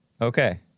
Okay